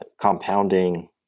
compounding